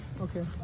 Okay